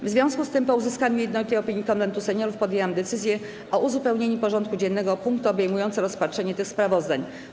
W związku z tym, po uzyskaniu jednolitej opinii Konwentu Seniorów, podjęłam decyzję o uzupełnieniu porządku dziennego o punkty obejmujące rozpatrzenie tych sprawozdań.